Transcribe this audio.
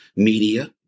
Media